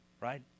right